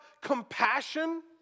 compassion